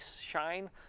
shine